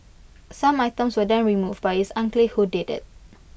some items were then removed but IT is unclear who did IT